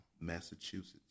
Massachusetts